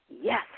yes